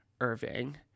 Irving